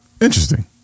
Interesting